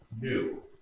new